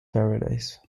paradise